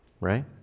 Right